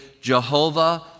Jehovah